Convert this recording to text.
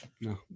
No